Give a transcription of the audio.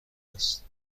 است